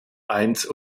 eins